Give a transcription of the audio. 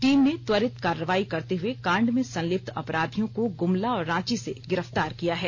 team ने त्वरित कार्रवाई करते हुए कांड में संलिप्त अपराधियों को गुमला और रांची से गिरफ्तार किया है